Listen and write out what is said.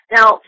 Now